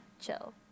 chill